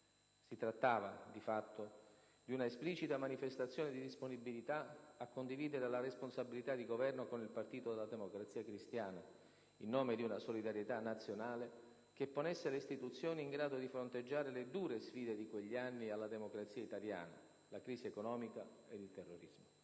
Si trattava, di fatto, di una esplicita manifestazione di disponibilità a condividere la responsabilità di governo con il partito della Democrazia Cristiana, in nome di una «solidarietà nazionale» che ponesse le istituzioni in grado di fronteggiare le dure sfide di quegli anni alla democrazia italiana: la crisi economica e il terrorismo.